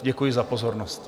Děkuji za pozornost.